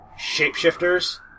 shapeshifters